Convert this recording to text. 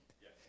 Yes